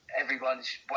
everyone's